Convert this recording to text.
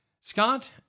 Scott